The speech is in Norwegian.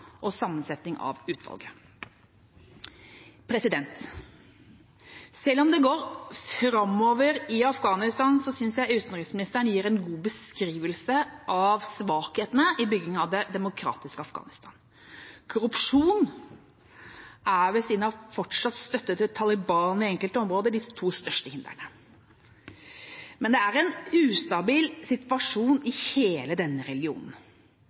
og sammensetning av utvalget. Selv om det går framover i Afghanistan, synes jeg utenriksministeren gir en god beskrivelse av svakhetene i bygginga av det demokratiske Afghanistan. Korrupsjon er, ved siden av fortsatt støtte til Taliban i enkelte områder, det største hinderet. Men det er en ustabil situasjon i hele denne